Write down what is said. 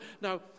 Now